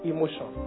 Emotion